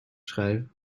schrijven